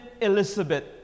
Elizabeth